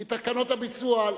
כי תקנות הביצוע,